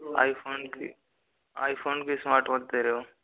iPhone की iPhone की smartwatch दे रहे हो